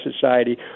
society